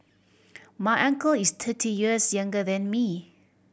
my uncle is thirty years younger than me